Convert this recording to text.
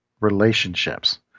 relationships